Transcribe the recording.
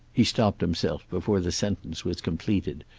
he stopped himself before the sentence was completed,